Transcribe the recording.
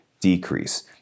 decrease